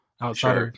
outside